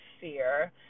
fear